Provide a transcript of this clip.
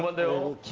but though.